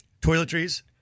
Toiletries